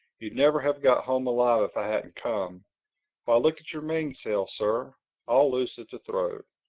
you'd never have got home alive if i hadn't come why look at your mainsail, sir all loose at the throat.